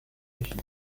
égypte